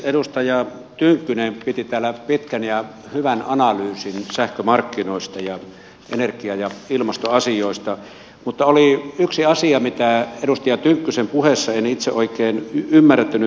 edustaja tynkkynen piti täällä pitkän ja hyvän analyysin sähkömarkkinoista ja energia ja ilmastoasioista mutta oli yksi asia mitä edustaja tynkkysen puheessa en itse oikein ymmärtänyt